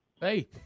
Hey